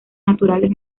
naturales